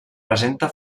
presenta